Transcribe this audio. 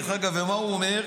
ומה הוא אומר?